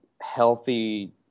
healthy